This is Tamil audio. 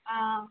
ஆ